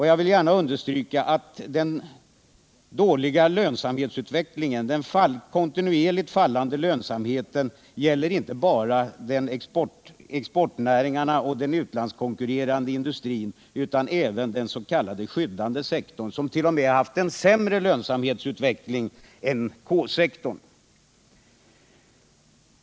Jag vill gärna understryka att den dåliga lönsamhetsutvecklingen, den kontinuerligt fallande lönsamheten, inte bara gäller exportnäringarna och den utlandskonkurrerande industrin utan även den s.k. skyddade sektorn, som t.o.m. haft en sämre lönsamhetsutveckling än K-sektorn.